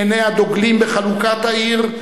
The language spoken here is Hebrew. בעיני הדוגלים בחלוקת העיר,